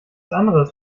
anderes